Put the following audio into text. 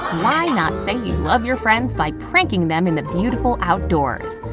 why not say you love your friends by pranking them in the beautiful outdoors?